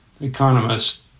economist